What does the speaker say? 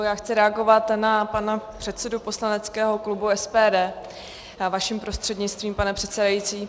Já chci reagovat na pana předsedu poslaneckého klubu SPD vaším prostřednictvím, pane předsedající.